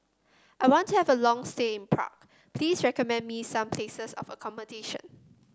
I want to have a long stay in Prague please recommend me some places of accommodation